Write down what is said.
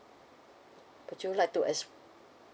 would you like to ex~